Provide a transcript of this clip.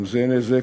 גם זה נזק,